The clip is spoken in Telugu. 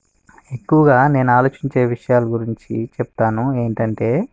ఎక్కువగా నేను ఆలోచించే విషయాలు గురించి చెప్తాను ఏంటంటే